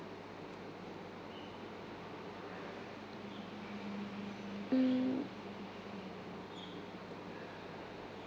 mm